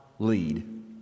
lead